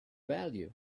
value